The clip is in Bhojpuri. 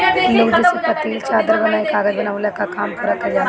लुगदी से पतील चादर बनाइ के कागज बनवले कअ काम पूरा कइल जाला